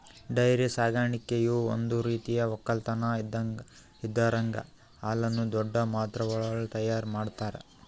dairy ಸಾಕಾಣಿಕೆಯು ಒಂದ್ ರೀತಿಯ ಒಕ್ಕಲತನ್ ಇದರಾಗ್ ಹಾಲುನ್ನು ದೊಡ್ಡ್ ಮಾತ್ರೆವಳಗ್ ತೈಯಾರ್ ಮಾಡ್ತರ